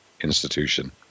institution